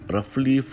Roughly